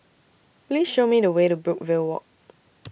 Please Show Me The Way to Brookvale Walk